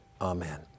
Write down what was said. amen